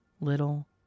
little